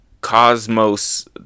cosmos